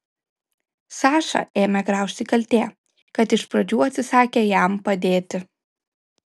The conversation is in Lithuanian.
sašą ėmė graužti kaltė kad iš pradžių atsisakė jam padėti